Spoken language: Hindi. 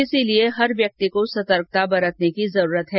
इसलिए हर व्यक्ति को सतर्कता बरतने की जरूरत है